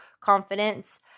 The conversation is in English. confidence